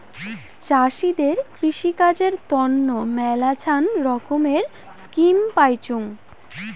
চাষীদের কৃষিকাজের তন্ন মেলাছান রকমের স্কিম পাইচুঙ